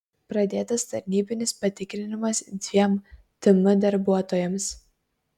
pradėtas tarnybinis patikrinimas dviem tm darbuotojams